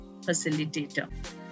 facilitator